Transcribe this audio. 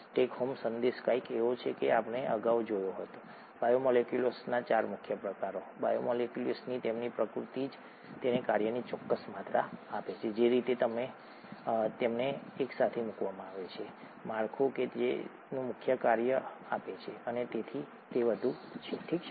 tech home સંદેશ કંઈક એવો છે જે આપણે અગાઉ જોયો હતો બાયોમોલેક્યુલ્સના 4 મુખ્ય પ્રકારો બાયોમોલેક્યુલ્સની તેમની પ્રકૃતિ જ તેને કાર્યની ચોક્કસ માત્રા આપે છે જે રીતે તેમને એકસાથે મૂકવામાં આવે છે માળખું તેને તેનું મુખ્ય કાર્ય આપે છે અને તેથી વધુ ઠીક છે